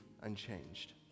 unchanged